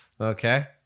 Okay